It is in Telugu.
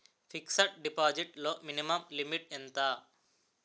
ఫిక్సడ్ డిపాజిట్ లో మినిమం లిమిట్ ఎంత?